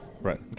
Right